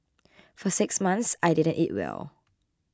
for six months I didn't eat well